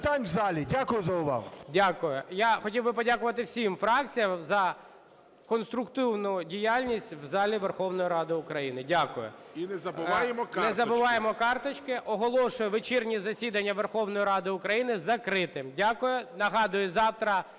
Дякую за увагу.